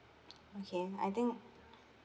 okay I think